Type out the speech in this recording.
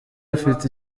afite